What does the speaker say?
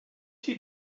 she